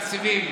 תקציבים.